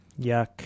Yuck